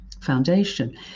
foundation